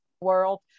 world